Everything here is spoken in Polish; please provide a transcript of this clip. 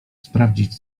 sprawdzić